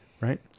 Right